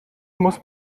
muss